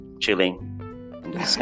chilling